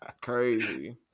Crazy